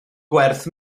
gwerth